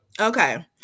Okay